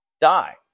die